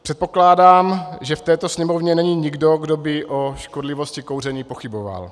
Předpokládám, že v této Sněmovně není nikdo, kdo by o škodlivosti kouření pochyboval.